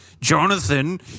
Jonathan